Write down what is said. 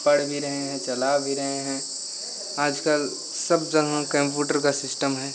पढ़ भी रहे हैं चला भी रहे हैं आज कल सब जगह कम्पूटर का सिस्टम है